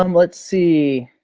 um let's see,